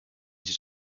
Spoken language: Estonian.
siis